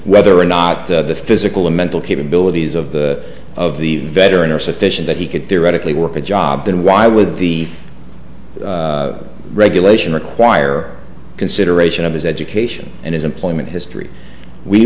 whether or not the physical and mental capabilities of the of the veteran are sufficient that he could theoretically work a job then why would the regulation require consideration of his education and his employment history we